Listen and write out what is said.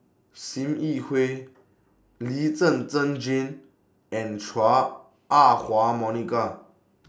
SIM Yi Hui Lee Zhen Zhen Jane and Chua Ah Huwa Monica